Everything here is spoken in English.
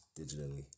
digitally